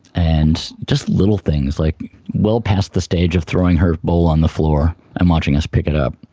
and just little things, like well past the stage of throwing her bowl on the floor and watching us pick it up.